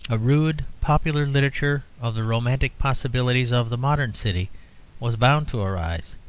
a rude, popular literature of the romantic possibilities of the modern city was bound to arise.